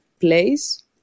place